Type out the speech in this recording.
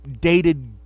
dated